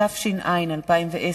התש"ע 2010,